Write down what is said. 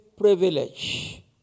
privilege